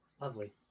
Lovely